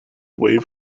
wave